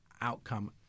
outcome